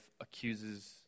accuses